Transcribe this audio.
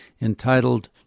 entitled